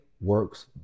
works